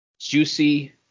Juicy